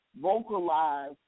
vocalize